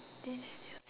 this